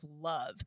love